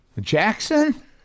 Jackson